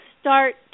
start